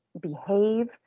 behave